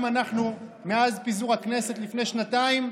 גם אנחנו, מאז פיזור הכנסת לפני שנתיים,